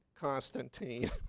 Constantine